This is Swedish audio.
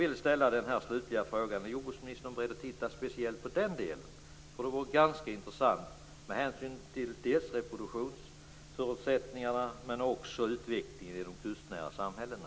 Är jordbruksministern alltså beredd att titta speciellt på den delen? Det vore ganska intressant med hänsyn till både reproduktionsförutsättningarna och utvecklingen i de kustnära samhällena.